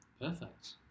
Perfect